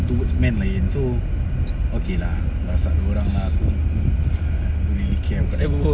towards man lain so okay lah kalau sat dah ada orang lah aku ku don't really care about ev~